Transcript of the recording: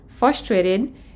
frustrated